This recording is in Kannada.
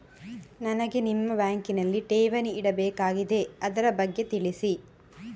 ನನಗೆ ನಿಮ್ಮ ಬ್ಯಾಂಕಿನಲ್ಲಿ ಠೇವಣಿ ಇಡಬೇಕಾಗಿದೆ, ಅದರ ಬಗ್ಗೆ ತಿಳಿಸಿ